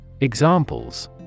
examples